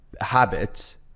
habits